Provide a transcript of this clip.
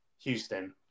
houston